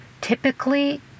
Typically